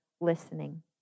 listening